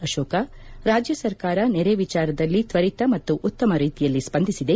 ಅಶೋಕ ರಾಜ್ಯ ಸರ್ಕಾರ ನೆರೆ ವಿಚಾರದಲ್ಲಿ ತ್ವರಿತ ಮತ್ತು ಉತ್ತಮ ರೀತಿಯಲ್ಲಿ ಸ್ವಂದಿಸಿದೆ